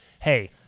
hey